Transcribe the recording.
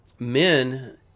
Men